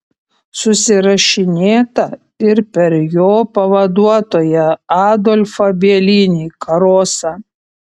susirašinėta ir per jo pavaduotoją adolfą bielinį karosą